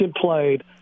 played